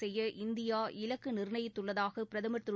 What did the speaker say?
செய்ய இந்தியா இலக்கு நிர்ணயித்துள்ளதாக பிரதமர் திரு